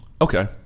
Okay